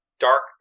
dark